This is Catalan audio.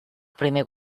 primer